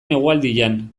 negualdian